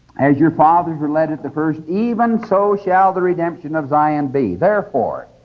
as your fathers were led at the first, even so shall the redemption of zion be. therefore,